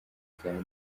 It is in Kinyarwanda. zijyanye